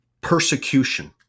persecution